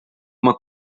uma